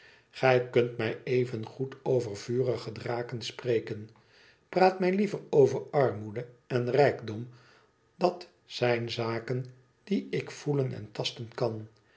gij kunt mij evengoed over vurige draken spreken i praat mij liever over armoede en rijkdom dat zijn zaken die ik voelen en tasten kan